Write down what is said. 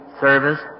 service